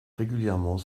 régulièrement